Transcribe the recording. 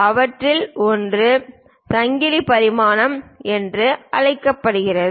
அவற்றில் ஒன்று சங்கிலி பரிமாணம் என்று அழைக்கப்படுகிறது